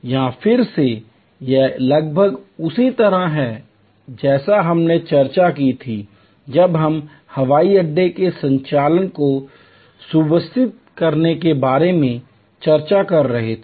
यहां फिर से यह लगभग उसी तरह है जैसा हमने चर्चा की थी जब हम हवाई अड्डे के संचालन को सुव्यवस्थित करने के बारे में चर्चा कर रहे थे